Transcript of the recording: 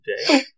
today